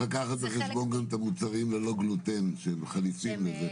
לקחת בחשבון גם את המוצרים ללא גלוטן שהם חליפים לזה.